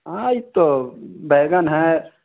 आईं तो बैगन है